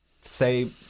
say